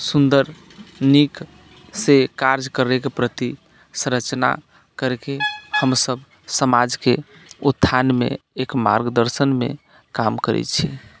सुन्दर नीकसँ कार्य करैके प्रति संरचना करिके हमसभ समाजके उत्थानमे एक मार्गदर्शनमे काम करैत छियै